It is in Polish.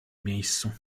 miejscu